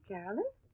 Carolyn